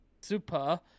Super